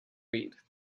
breed